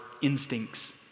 instincts